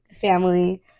family